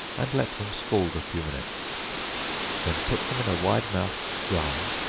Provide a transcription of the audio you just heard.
and let them scald a few minutes then put them in a wide-mouthed jar,